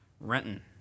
Renton